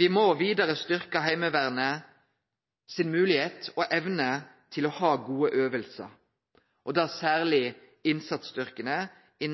Vidare må me styrkje Heimevernets moglegheit og evne til å ha gode øvingar – og då særleg innsatsstyrkene i